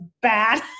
bad